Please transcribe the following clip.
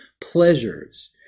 pleasures